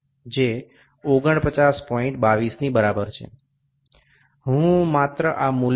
এর পরে অভ্যন্তরীণ ব্যাস এটি ছোট হাতের d এটি বড় হাতের D